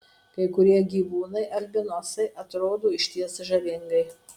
kai kurie gyvūnai albinosai atrodo išties žavingai